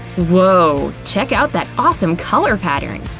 woah! check out that awesome color pattern!